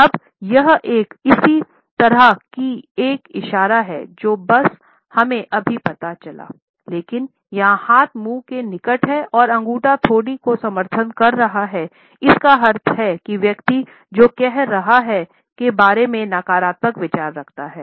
अब यह एक इसी तरह की एक इशारा है जो बस हमे अभी पता चला लेकिन यहां हाथ मुंह के निकट है और अंगूठा ठोड़ी का समर्थन कर रहा है जिसका अर्थ है व्यक्ति आप जो कह रहे हैं के बारे में नकारात्मक विचार रखता है